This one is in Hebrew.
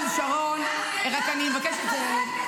למה את מחזקת אותה?